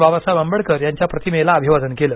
बाबासाहेब आंबेडकर यांच्या प्रतिमेला अभिवादन केलं